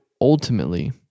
ultimately